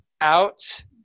out